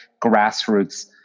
grassroots